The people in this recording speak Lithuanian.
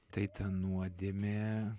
tai ta nuodėmė